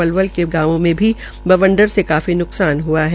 पलवल के गांवों में भी बवंडर से काफी न्कसान हआ है